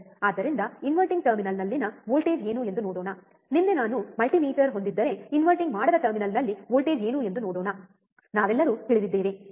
ಆದ್ದರಿಂದ ಇನ್ವರ್ಟಿಂಗ್ ಟರ್ಮಿನಲ್ನಲ್ಲಿನ ವೋಲ್ಟೇಜ್ ಏನು ಎಂದು ನೋಡೋಣ ನಿನ್ನೆ ನಾನು ಮಲ್ಟಿಮೀಟರ್ ಹೊಂದಿದ್ದರೆ ಇನ್ವರ್ಟಿಂಗ್ ಮಾಡದ ಟರ್ಮಿನಲ್ನಲ್ಲಿ ವೋಲ್ಟೇಜ್ ಏನು ಎಂದು ನೋಡೋಣ ನಾವೆಲ್ಲರೂ ತಿಳಿದಿದ್ದೇವೆ ಸರಿ